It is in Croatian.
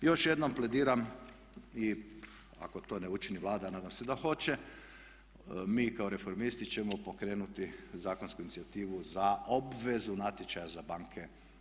I još jednom plediram i ako to ne učini Vlada a nadam se da hoće, mi kao Reformisti ćemo pokrenuti zakonsku inicijativu za obvezu natječaja za banke.